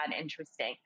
interesting